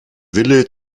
wille